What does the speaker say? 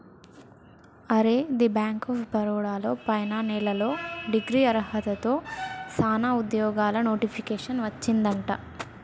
అరే the bank of Baroda లో పైన నెలలో డిగ్రీ అర్హతతో సానా ఉద్యోగాలు నోటిఫికేషన్ వచ్చిందట